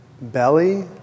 belly